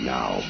Now